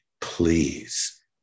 please